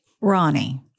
Ronnie